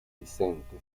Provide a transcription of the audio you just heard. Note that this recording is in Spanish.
vicente